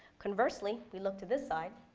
conversely, we look to this side,